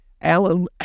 Alan